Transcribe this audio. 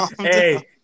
hey